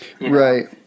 Right